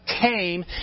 came